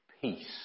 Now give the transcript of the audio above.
peace